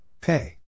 Pay